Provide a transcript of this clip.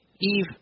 Eve